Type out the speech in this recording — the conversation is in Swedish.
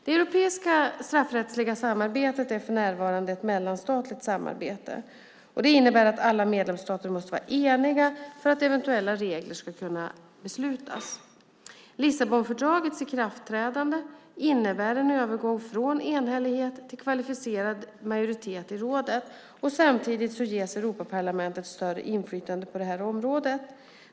Det europeiska straffrättsliga samarbetet är för närvarande ett mellanstatligt samarbete. Det innebär att alla medlemsstater måste vara eniga för att eventuella regler ska kunna beslutas. Lissabonfördragets ikraftträdande innebär en övergång från enhällighet till kvalificerad majoritet i rådet. Samtidigt ges Europaparlamentet större inflytande på detta område.